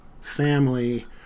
family